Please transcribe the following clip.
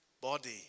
body